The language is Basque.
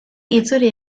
itzuri